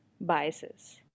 biases